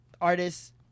artists